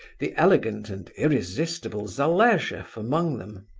the elegant and irresistible zaleshoff among them.